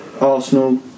Arsenal